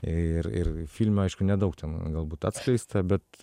ir ir filme aišku nedaug ten galbūt atskleista bet